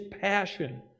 passion